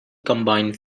combine